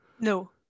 No